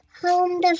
home